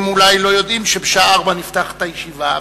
הם אולי לא יודעים שבשעה 16:00 נפתחת הישיבה.